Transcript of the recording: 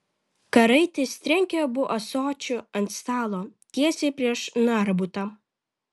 karaitis trenkė abu ąsočiu ant stalo tiesiai prieš narbutą